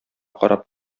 карап